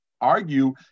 argue